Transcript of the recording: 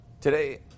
today